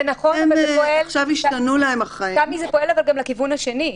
אבל תמי, זה פועל גם לכיוון השני.